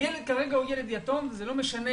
הילד כרגע הוא ילד יתום, וזה לא משנה